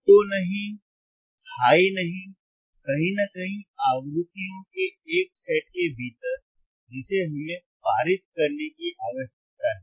लो नहीं हाई नहीं लेकिन कहीं ना कहीं आवृत्तियों के एक सेट के भीतर जिसे हमें पारित करने की आवश्यकता है